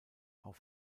auf